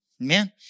Amen